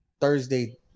Thursday